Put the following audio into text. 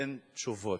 אין תשובות.